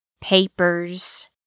Papers